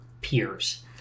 peers